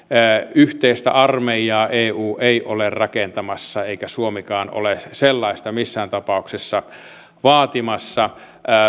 yhteistä armeijaa eu ei ole rakentamassa eikä suomikaan ole sellaista missään tapauksessa vaatimassa